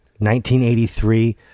1983